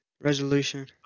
resolution